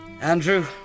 Andrew